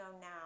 now